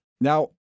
Now—